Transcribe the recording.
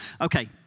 Okay